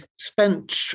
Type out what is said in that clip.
spent